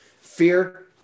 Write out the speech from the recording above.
Fear